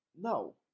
No